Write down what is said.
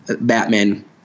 Batman